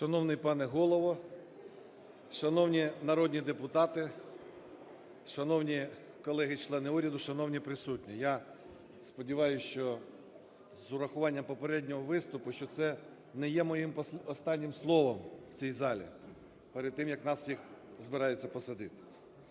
Шановний пане Голово, шановні народні депутати, шановні колеги члени уряду, шановні присутні! Я сподіваюся, що з урахуванням попереднього виступу, що це не є моїм останнім словом в цій залі перед тим, як нас всіх збираються посадити.